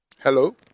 hello